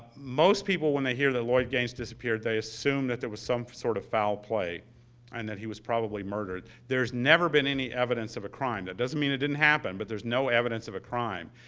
most people, when they hear that lloyd gaines disappeared, they assume that there was some sort of foul play and that he was probably murdered. there's never been any evidence of a crime. that doesn't mean it didn't happen, but there's no evidence of a crime.